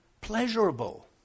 pleasurable